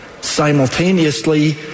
Simultaneously